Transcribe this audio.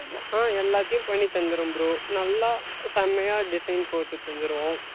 ஆ எல்லாத்தையும் பண்ணித் தந்துருவோம் ப்ரோ நல்லா செமையாக டிசைன் போட்டு தந்துருவோம்